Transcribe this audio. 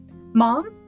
Mom